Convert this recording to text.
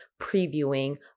previewing